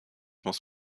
muss